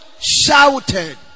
shouted